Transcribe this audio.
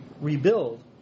rebuild